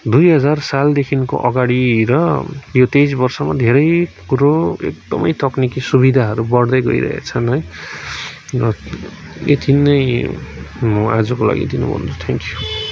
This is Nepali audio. दुई हजार सालदेखिको अगाडि र यो तेइस वर्षमा धेरै कुरो एकदमै तक्निकी सुविधाहरू बढ्दै गइरहेका छन् है र यति नै म आजको लागि यति नै भन्छु थ्याङ्क्यु